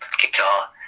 guitar